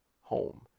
home